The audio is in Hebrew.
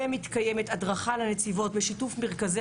ומתקיימת הדרכה לנציבות בשיתוף מרכזי